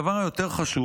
הדבר החשוב יותר,